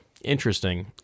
Interesting